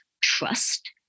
trust